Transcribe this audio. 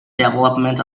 development